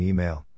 Email